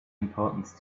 importance